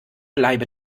bleibe